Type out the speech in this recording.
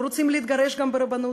לא רוצים גם להתגרש ברבנות.